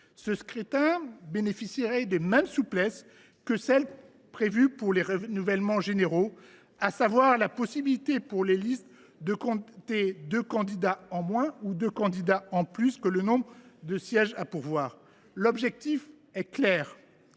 Ces scrutins bénéficieraient des mêmes souplesses que celles qui sont prévues pour les renouvellements généraux, à savoir la possibilité pour les listes de compter deux candidats en moins ou deux candidats en plus que le nombre de sièges à pourvoir. L’objectif est clair